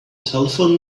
telephone